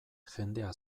jendea